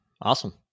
Awesome